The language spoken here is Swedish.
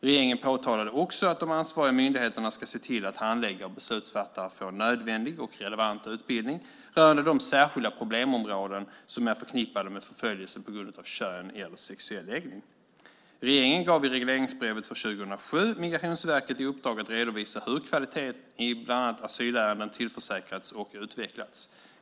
Regeringen påtalade också att de ansvariga myndigheterna ska se till att handläggare och beslutsfattare får nödvändig och relevant utbildning rörande de särskilda problemområden som är förknippade med förföljelse på grund av kön eller sexuell läggning. Regeringen gav i regleringsbrevet för 2007 Migrationsverket i uppdrag att redovisa hur kvaliteten i bland annat asylärenden tillförsäkrats och utvecklats.